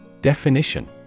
Definition